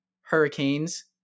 Hurricanes